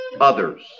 others